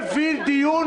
להבדיל משר,